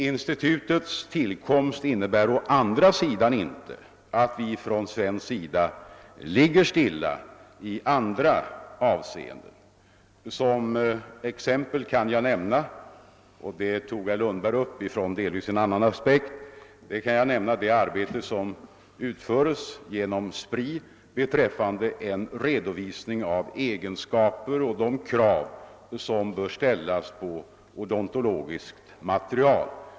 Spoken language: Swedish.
Institutets tillkomst innebär å andra sidan inte att verksamheten i Sverige ligger stilla i andra avseenden. Såsom exempel kan jag nämna — något som herr Lundberg tog upp från en delvis annan utgångspunkt — det arbete som utföres genom SPRI beträffande en redovisning av de egenskaper som bör ställas på odontologiskt material.